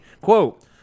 Quote